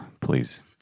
Please